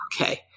Okay